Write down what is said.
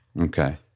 Okay